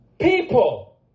People